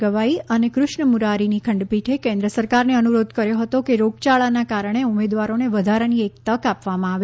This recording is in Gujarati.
ગવાઈ અને કૃષ્ણ મુરારીની ખંડપીઠે કેન્દ્ર સરકારને અનુરોધ કર્યો હતો કે રોગયાળાને કારણે ઉમેદવારોને વધારાની એક તક આપવામાં આવે